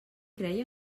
creia